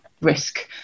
risk